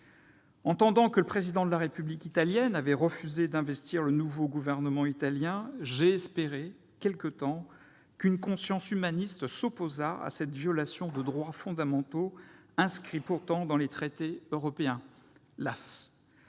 Entendant que le Président de la République italienne avait refusé d'investir le nouveau gouvernement, j'ai espéré quelque temps qu'une conscience humaniste s'opposait à cette violation de droits fondamentaux pourtant inscrits dans les traités européens. Las